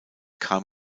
kam